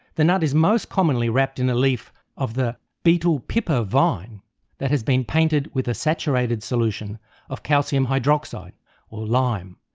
the nut is most commonly wrapped in a leaf of the betel piper vine that has been painted with a saturated solution of calcium hydroxide or lime.